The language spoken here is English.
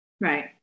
right